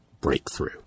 breakthrough